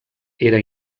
era